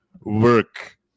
work